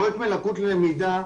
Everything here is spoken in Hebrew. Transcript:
בפרויקט "מלקות ללמידה"